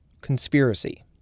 conspiracy